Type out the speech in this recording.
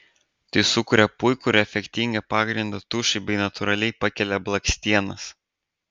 tai sukuria puikų ir efektingą pagrindą tušui bei natūraliai pakelia blakstienas